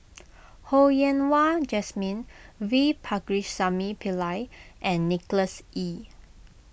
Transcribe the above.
Ho Yen Wah Jesmine V Pakirisamy Pillai and Nicholas Ee